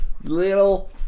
little